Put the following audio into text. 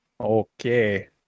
Okay